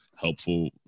helpful